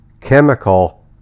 chemical